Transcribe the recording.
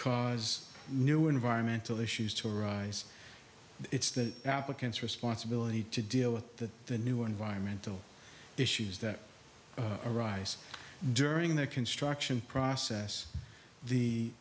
cause new environmental issues to arise it's that applicants responsibility to deal with the the new environmental issues that arise during the construction process the